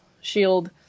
shield